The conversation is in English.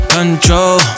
Control